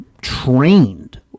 trained